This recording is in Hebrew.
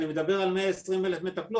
אני מדבר על מאה עשרים אלף מטפלות,